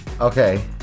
Okay